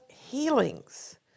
healings